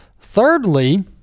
Thirdly